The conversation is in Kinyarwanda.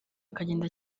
akagenda